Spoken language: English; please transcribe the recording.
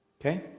Okay